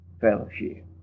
fellowship